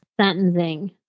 sentencing